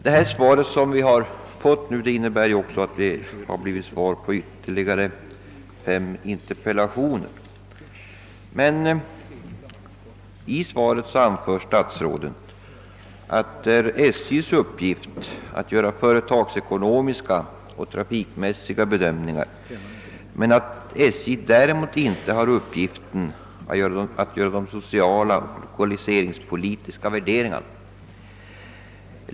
I svaret — som även utgör svar på fem interpellationer — anför statsrådet, att det är SJ:s uppgift att göra den företagsekonomiska och trafikmässiga bedömningen men att SJ däremot inte har uppgiften att göra de sociala och lokaliseringspolitiska värderingarna.